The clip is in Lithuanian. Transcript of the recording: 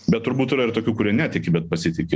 bet turbūt yra ir tokių kurie netiki bet pasitiki